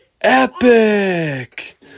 epic